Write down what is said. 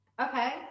Okay